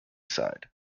side